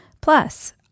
Plus